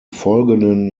folgenden